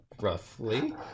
Roughly